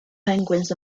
penguins